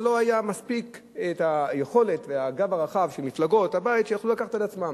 ולא היו מספיק יכולת וגב רחב של מפלגות הבית שיוכלו לקחת על עצמן.